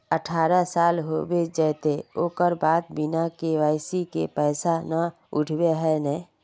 अठारह साल होबे जयते ओकर बाद बिना के.वाई.सी के पैसा न उठे है नय?